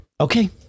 okay